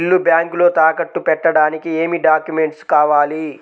ఇల్లు బ్యాంకులో తాకట్టు పెట్టడానికి ఏమి డాక్యూమెంట్స్ కావాలి?